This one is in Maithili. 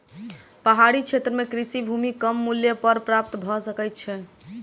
पहाड़ी क्षेत्र में कृषि भूमि कम मूल्य पर प्राप्त भ सकै छै